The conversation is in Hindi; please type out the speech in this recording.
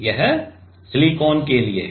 यह सिलिकॉन के लिए है